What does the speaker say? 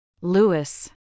Lewis